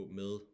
med